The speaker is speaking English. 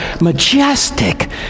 majestic